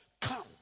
come